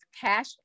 Cash